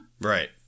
right